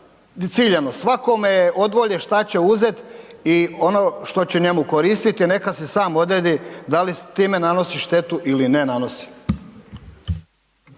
ciljano svakome je od volje šta će uzet i ono što će njemu koristiti, neka si sam odredi da li s time nanosi štetu ili ne nanosi.